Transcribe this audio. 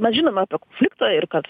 mes žinome apie konfliktą ir kad